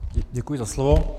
Děkuji za slovo.